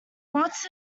quartz